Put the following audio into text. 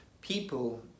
People